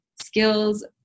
skills